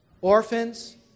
orphans